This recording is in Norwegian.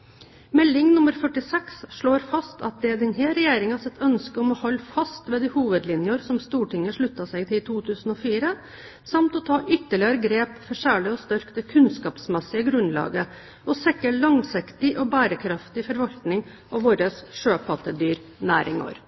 melding til Stortinget. St.meld. nr. 46 for 2008–2009 slår fast at det er denne regjeringens ønske å holde fast ved de hovedlinjer som Stortinget sluttet seg til i 2004 samt å ta ytterligere grep for særlig å styrke det kunnskapsmessige grunnlaget og sikre langsiktig og bærekraftig forvaltning av våre sjøpattedyrnæringer.